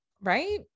Right